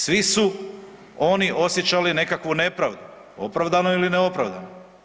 Svi su oni osjećali nekakvu nepravdu opravdanu ili neopravdanu.